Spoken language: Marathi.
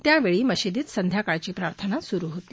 त्यावछी मशीदीत संध्याकाळची प्रार्थना सुरु होती